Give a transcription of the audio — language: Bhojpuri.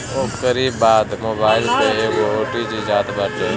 ओकरी बाद मोबाईल पे एगो ओ.टी.पी जात बाटे